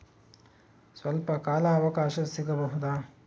ಸ್ವಲ್ಪ ಕಾಲ ಅವಕಾಶ ಸಿಗಬಹುದಾ?